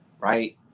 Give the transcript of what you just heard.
right